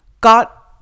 got